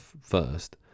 first